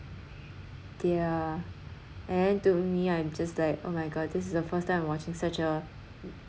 yeah and to me I'm just like oh my god this is the first time I'm watching such a